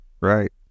Right